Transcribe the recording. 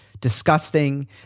disgusting